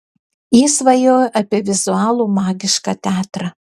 ji svajojo apie vizualų magišką teatrą